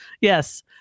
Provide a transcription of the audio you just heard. Yes